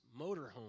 Motorhome